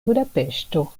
budapeŝto